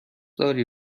داری